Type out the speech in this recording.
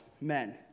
men